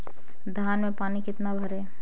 धान में पानी कितना भरें?